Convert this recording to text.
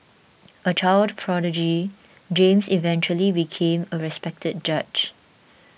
a child prodigy James eventually became a respected judge